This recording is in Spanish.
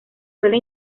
suele